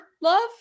love